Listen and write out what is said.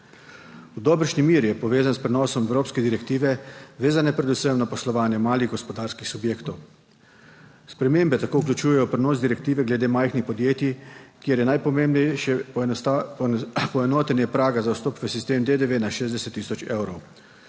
V dobršni meri je povezan s prenosom evropske direktive, vezane predvsem na poslovanje malih gospodarskih subjektov. Spremembe tako vključujejo prenos direktive glede majhnih podjetij, kjer je najpomembnejše poenotenje praga za vstop v sistem DDV na 60 tisoč evrov,